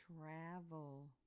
travel